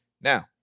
Now